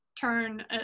turn